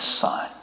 Son